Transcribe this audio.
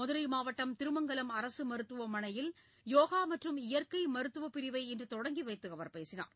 மதுரை மாவட்டம் திருமங்கலம் அரசு மருத்துவமனையில் யோகா மற்றும் இயற்கை மருத்துவப் பிரிவை இன்று தொடங்கி வைத்து அவர் பேசினார்